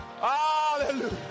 Hallelujah